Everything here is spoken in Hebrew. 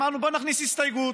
אמרנו: בואו נכניס הסתייגות,